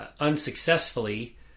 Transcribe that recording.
unsuccessfully